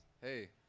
Hey